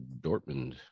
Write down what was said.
Dortmund